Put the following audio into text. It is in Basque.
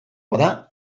bada